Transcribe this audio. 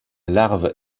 larve